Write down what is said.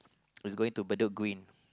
was going to Bedok Green